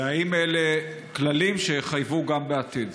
והאם אלה כללים שיחייבו גם בעתיד?